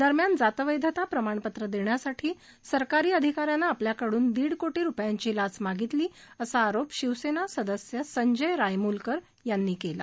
दरम्यान जात वैधता प्रमाणपत्र देण्यासाठी सरकारी अधिकाऱ्यानं आपल्याकडून दीड कोटी रुपयांची लाच मागितली असा आरोप शिवसेना सदस्य संजय रायमुलकर यांनी केला